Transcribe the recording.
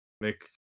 make